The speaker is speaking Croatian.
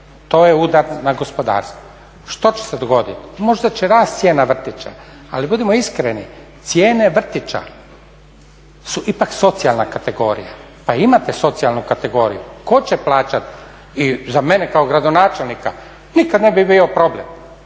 to je udar na gospodarstvo. Što će se dogoditi? Možda će rast cijena vrtića, ali budimo iskreni cijene vrtića su ipak socijalna kategorija, pa imate socijalnu kategoriju. Tko će plaćati? I za mene kao gradonačelnika nikad ne bi bio problem.